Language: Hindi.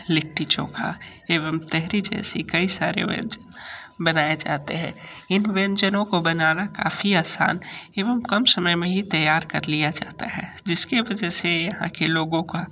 लिट्टी चोखा एवं तहेरी जैसी कई सारे व्यंजन बनाए जाते हैं इन व्यंजनों को बनाना काफ़ी आसान एवं कम समय में ही तैयार कर लिया जाता है जिसकी वजह से यहाँ के लोगों का